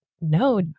no